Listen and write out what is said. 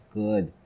good